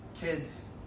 Kids